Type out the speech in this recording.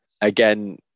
Again